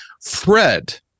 fred